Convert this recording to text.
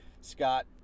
Scott